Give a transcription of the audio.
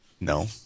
No